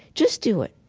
just do it.